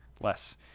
less